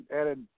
added